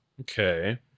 Okay